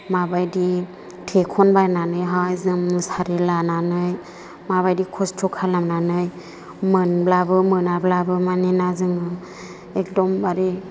माबायदि थेखन बायनानैहाय जों मुसारि लानानै माबायदि खस्त' खालामनानै मोनब्लाबो मोनाब्लाबो मानोना जोङो एकदमबारे